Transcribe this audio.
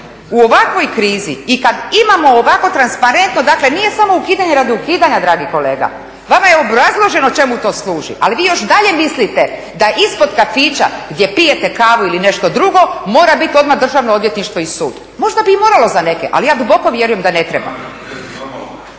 u ovakvoj krizi i kada imamo ovako transparentno dakle nije samo ukidanje radi ukidanja dragi kolega, vama je obrazloženo čemu to služi, ali vi još i dalje mislite da ispod kafića gdje pijete kavu ili nešto drugo mora biti odmah državno odvjetništvo i sud. Možda bi i moralo za neke, ali ja duboko vjerujem da ne treba.